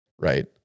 right